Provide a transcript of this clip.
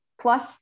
plus